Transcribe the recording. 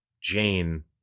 Jane